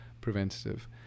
preventative